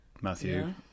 matthew